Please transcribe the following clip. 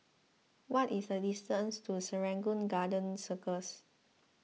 what is the distance to Serangoon Garden Circus